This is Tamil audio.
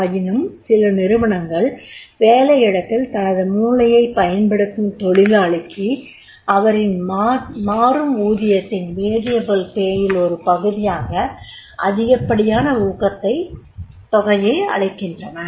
ஆயினும் சில நிறுவனங்கள் வேலையிடத்தில் தனது மூளையைப் பயன்படுத்தும் தொழிலாளிக்கு அவரின் மாறும் ஊதியத்தின் ஒரு பகுதியாக அதிகப்படியான ஊக்கத் தொகையளிக்கின்றன